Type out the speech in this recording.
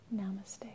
Namaste